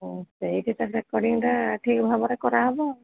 ହ ସେଇଠି ତ ରେକର୍ଡିଂଟା ଠିକ୍ ଭାବରେ କରାହେବ